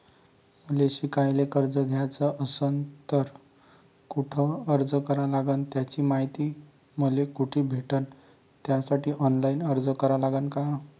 मले शिकायले कर्ज घ्याच असन तर कुठ अर्ज करा लागन त्याची मायती मले कुठी भेटन त्यासाठी ऑनलाईन अर्ज करा लागन का?